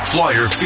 Flyer